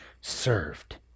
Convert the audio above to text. served